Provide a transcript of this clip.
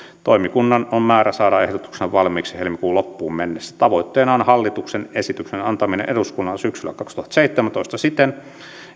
toimikunnan on määrä saada ehdotuksensa valmiiksi helmikuun loppuun mennessä tavoitteena on hallituksen esityksen antaminen eduskunnalla syksyllä kaksituhattaseitsemäntoista siten